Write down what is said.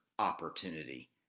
opportunity